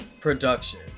production